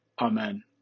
amen